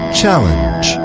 challenge